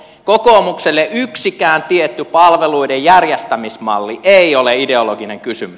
kokoomukselle yksikään tietty palveluiden järjestämismalli ei ole ideologinen kysymys